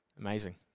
Amazing